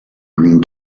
green